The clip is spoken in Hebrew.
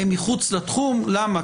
למה?